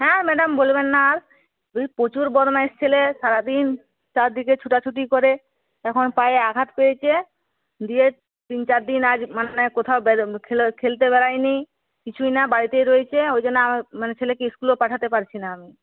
হ্যাঁ ম্যাডাম বলবেন না আর ওই প্রচুর বদমাইশ ছেলে সারা দিন চার দিকে ছুটাছুটি করে এখন পায়ে আঘাত পেয়েছে দিয়ে তিন চার দিন আজ মানে কোথাও খেলতে বেরোয়নি কিছুই না বাড়িতেই রয়েছে ওই জন্যে মানে ছেলেকে স্কুলেও পাঠাতে পারছি না আমি